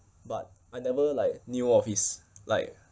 but I never like knew of his like